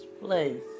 place